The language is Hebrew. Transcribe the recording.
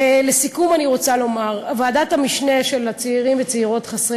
לסיכום אני רוצה לומר: ועדת המשנה לצעירים וצעירות חסרי